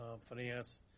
finance